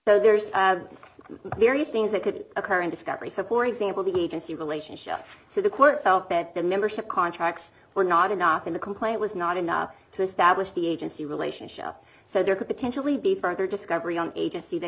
so there's various things that could occur in discovery support example the agency relationship to the court felt that the membership contracts were not enough in the complaint was not enough to establish the agency relationship so there could potentially be further discovery on agency that